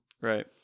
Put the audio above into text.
Right